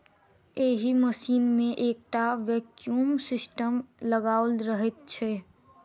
एहि मशीन मे एकटा वैक्यूम सिस्टम लगाओल रहैत छै